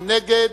מי נגד?